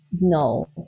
No